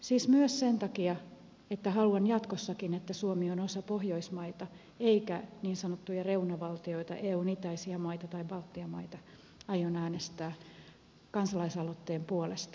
siis myös sen takia että haluan jatkossakin että suomi on osa pohjoismaita eikä niin sanottuja reunavaltioita eun itäisiä maita tai baltian maita aion äänestää kansalaisaloitteen puolesta